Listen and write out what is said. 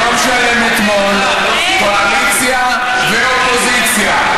יום שלם אתמול, קואליציה ואופוזיציה,